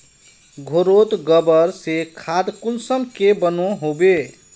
घोरोत गबर से खाद कुंसम के बनो होबे?